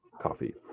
coffee